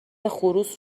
خروس